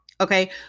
Okay